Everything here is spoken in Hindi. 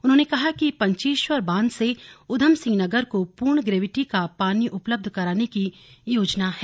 उन्होंने कहा कि पंचेश्वर बांध से उधम सिंह नगर को पूर्ण ग्रेविटी का पानी उपलब्ध कराने की योजना है